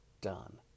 done